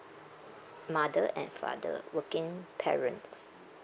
mother and father working parents